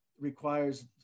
requires